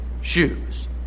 shoes